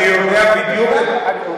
חבר הכנסת ברוורמן, תן לשר להשיב.